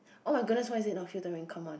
oh my goodness why is it not filtering come on